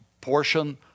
portion